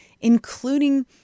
including